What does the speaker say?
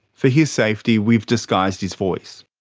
for his safety, we've disguised his voice.